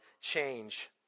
change